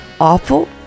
Awful